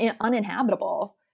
uninhabitable